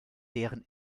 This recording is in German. deren